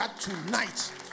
tonight